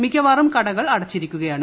മിക്കവാറും കടകൾ അടച്ചിരിക്കുകയാണ്